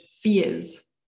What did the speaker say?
fears